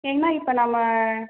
ஏங்கணா இப்போ நம்ம